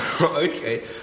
Okay